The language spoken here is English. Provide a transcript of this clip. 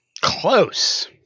Close